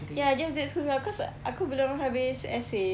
ya I just did school stuff cause aku belum habis essay